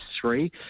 three